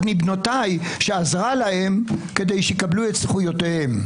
מבנותיי שעזרה להם כדי שיקבלו זכויותיהם.